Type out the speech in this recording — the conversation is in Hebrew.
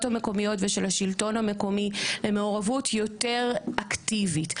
המקומיות ושל השלטון המקומי למעורבות יותר אקטיבית.